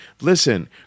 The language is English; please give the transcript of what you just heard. Listen